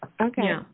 Okay